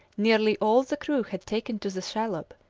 nearly all the crew had taken to the shallop,